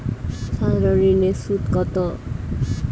সাধারণ ঋণের সুদ কত?